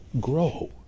grow